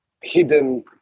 hidden